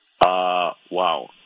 wow